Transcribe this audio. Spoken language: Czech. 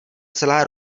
celá